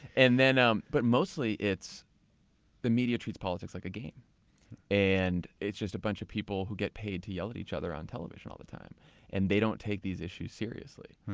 and um but, mostly it's the media treats politics like a game. and it's just a bunch of people who get paid to yell at each other on television all the time and they don't take these issues seriously.